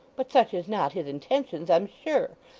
but such is not his intentions, i'm sure.